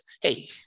Hey